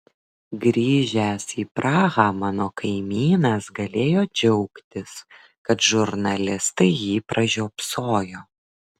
grįžęs į prahą mano kaimynas galėjo džiaugtis kad žurnalistai jį pražiopsojo